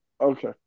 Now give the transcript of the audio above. Okay